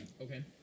Okay